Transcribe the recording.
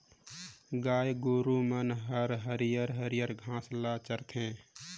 गाय गोरु मन हर हरियर हरियर घास ल चरथे